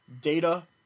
data